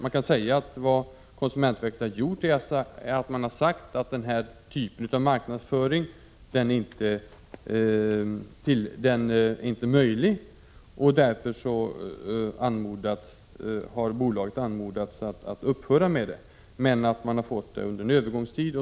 Man kan säga att konsumentverket har uttalat att den här typen av marknadsföring inte är lämplig, och därför har bolaget anmodats att upphöra med den men får använda den under en övergångstid.